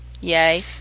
Yay